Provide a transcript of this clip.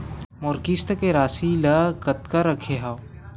मोर किस्त के राशि ल कतका रखे हाव?